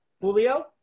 Julio